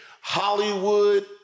Hollywood